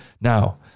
Now